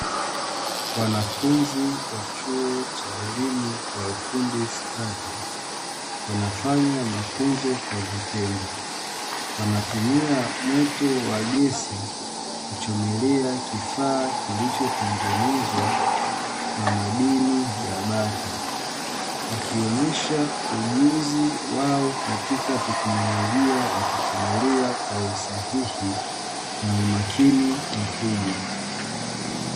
Wanafunzi wa chuo cha elimu ya ufundi stadi, wanafanya mafunzo kwa vitendo. Wanatumia moto wa gesi kuchomelea kifaa kilichotengenezwa kwa madini ya bati. Wakionyesha ujuzi wao katika teknolojia ya kuchomelea kwa usahihi na umakini mkubwa.